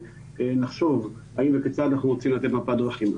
ונחשוב האם וכיצד אנחנו רוצים לתת מפת דרכים.